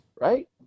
Right